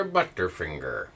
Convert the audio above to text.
Butterfinger